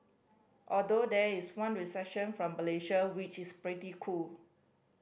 although there is one reception from Malaysia which is pretty cool